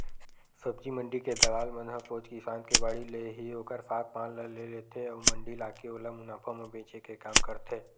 सब्जी मंडी के दलाल मन ह सोझ किसान के बाड़ी ले ही ओखर साग पान ल ले लेथे अउ मंडी लाके ओला मुनाफा म बेंचे के काम करथे